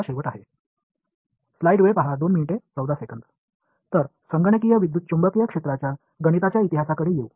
எனவே computational electromagnetics துறையின் கணித வரலாற்றுக்கு வருவோம்